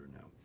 now